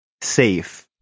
safe